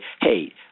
hey